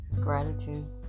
Gratitude